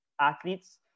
athletes